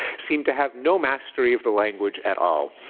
seem to have no mastery of the language at all.